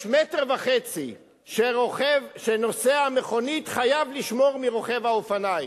יש 1.5 מטר שנוסע המכונית חייב לשמור מרוכב האופניים.